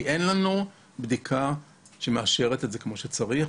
כי אין לנו בדיקה שמאפשר למצוא את זה כמו שצריך.